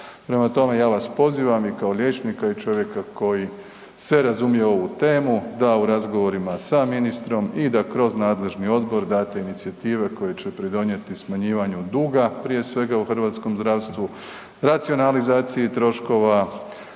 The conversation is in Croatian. Prema tome, ja vas pozivam i kao liječnika i čovjeka koji se razumije u ovu temu da u razgovorima sa ministrom i da kroz nadležni odbor date inicijative koje će pridonijeti smanjivanju duga prije svega u hrvatskom zdravstvu, racionalizaciji troškova,